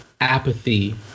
apathy